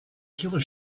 killer